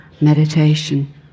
meditation